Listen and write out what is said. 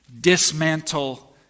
Dismantle